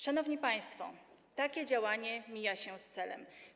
Szanowni państwo, takie działanie mija się z celem.